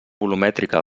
volumètrica